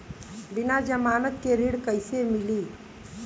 बिना जमानत के ऋण कईसे मिली?